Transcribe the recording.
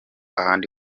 ahandi